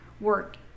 work